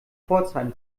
pforzheim